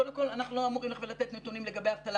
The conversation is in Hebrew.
קודם כל אנחנו לא אמורים ללכת ולתת נתונים לגבי אבטלה.